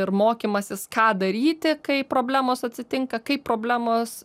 ir mokymasis ką daryti kai problemos atsitinka kaip problemos